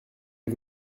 est